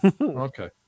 Okay